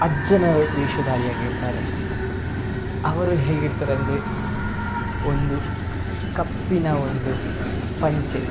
ಅಜ್ಜನ ವೇಷಧಾರಿಯಾಗಿರ್ತಾರೆ ಅವರು ಹೇಗಿರ್ತಾರೆ ಅಂದರೆ ಒಂದು ಕಪ್ಪಿನ ಒಂದು ಪಂಚೆ